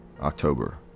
October